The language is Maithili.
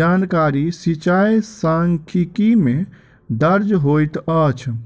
जानकारी सिचाई सांख्यिकी में दर्ज होइत अछि